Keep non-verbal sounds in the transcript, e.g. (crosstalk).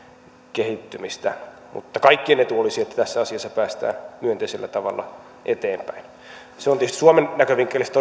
kehittymistä mutta kaikkien etu olisi että tässä asiassa päästään myönteisellä tavalla eteenpäin se on tietysti suomen näkövinkkelistä (unintelligible)